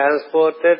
transported